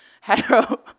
hetero